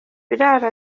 biraro